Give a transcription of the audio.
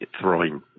throwing